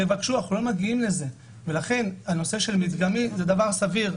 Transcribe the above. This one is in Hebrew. של מדגמי זה דבר סביר.